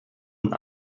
und